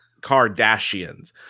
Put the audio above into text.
Kardashians